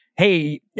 Hey